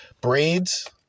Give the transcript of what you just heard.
braids